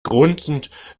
grunzend